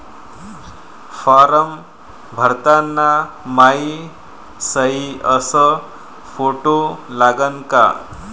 Form भरताना मायी सयी अस फोटो लागन का?